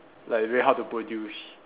like very hard to produce